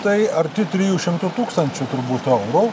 tai arti trijų šimtų tūkstančių turbūt eurų